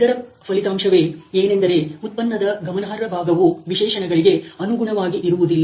ಇದರ ಫಲಿತಾಂಶವೇ ಏನೆಂದರೆ ಉತ್ಪನ್ನದ ಗಮನಾರ್ಹ ಭಾಗವು ವಿಶೇಷಣಗಳಿಗೆ ಅನುಗುಣವಾಗಿ ಇರುವುದಿಲ್ಲ